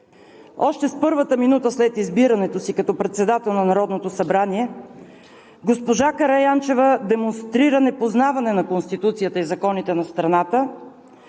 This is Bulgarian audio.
Още с първата минута след избирането си като председател на Народното събрание госпожа Караянчева демонстрира непознаване на Конституцията и законите на страната,